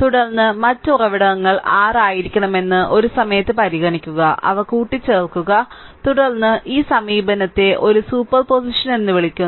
തുടർന്ന് മറ്റ് ഉറവിടങ്ങൾ r ആയിരിക്കണമെന്ന് ഒരു സമയത്ത് പരിഗണിക്കുക അവ കൂട്ടിച്ചേർക്കുക തുടർന്ന് ഈ സമീപനത്തെ ഒരു സൂപ്പർ പൊസിഷൻ എന്ന് വിളിക്കുന്നു